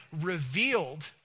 revealed